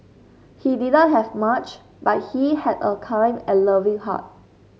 he did not have much but he had a kind and loving heart